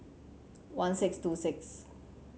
one six two six